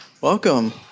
Welcome